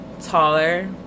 Taller